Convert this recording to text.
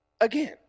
again